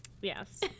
Yes